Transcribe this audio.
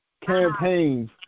campaigns